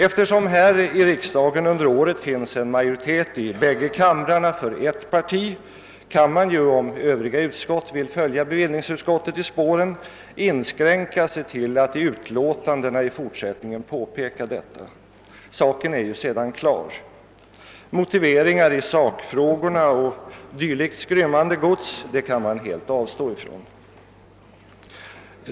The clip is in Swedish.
Eftersom det här i riksdagen under innevarande år finns majoritet i bägge kamrarna för ett parti kan man, om Övriga utskott vill följa bevillningsutskottet i spåren, inskränka sig till att i utlåtandena fortsättningsvis påpeka detta. Saken är sedan klar. Motiveringar i sakfrågorna och dylikt skrymmande gods kan man helt avstå från.